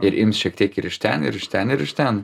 ir ims šiek tiek ir iš ten ir iš ten ir iš ten